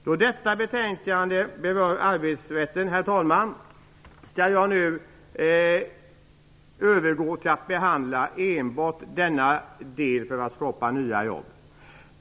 Då detta betänkande berör arbetsrätten, herr talman, skall jag nu övergå till att behandla den frågan.